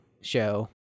show